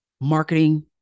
marketing